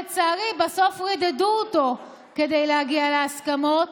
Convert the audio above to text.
לצערי בסוף רידדו אותו כדי להגיע להסכמות.